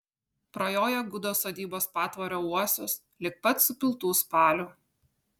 prajoja gudo sodybos patvorio uosius lig pat supiltų spalių